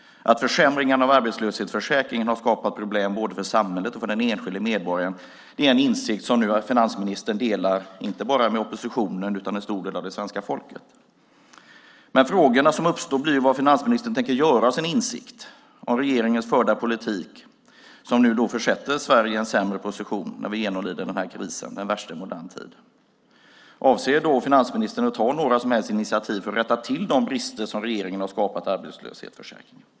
Försämringarna av arbetslöshetsförsäkringen har skapat problem för både samhället och den enskilde medborgaren. Det är en insikt som nu finansministern delar inte bara med oppositionen utan med en stor del av det svenska folket. Frågan som uppstår är vad finansministern tänker göra med sin insikt av regeringens förda politik som nu försätter Sverige i en sämre position när vi genomlider den värsta krisen i modern tid. Avser finansministern att ta några som helst initiativ för att rätta till de brister som regeringen har skapat i arbetslöshetsförsäkringen?